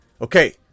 Okay